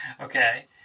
Okay